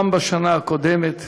גם בשנה הקודמת,